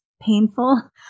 painful